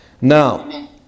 Now